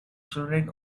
children